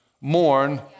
mourn